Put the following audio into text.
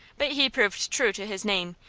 but he proved true to his name,